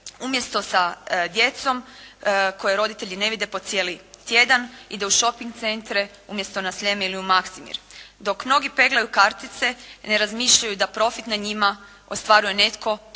umjesto sa djecom koje roditelji ne vide po cijeli tjedan ide u šoping centre, umjesto na Sljeme ili u Maksimir. Dok mnogi peglaju kartice, ne razmišljaju da profit na njima ostvaruje netko tko možda